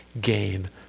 gain